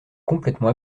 complètement